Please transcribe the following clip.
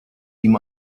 ihm